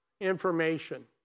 information